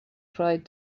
tried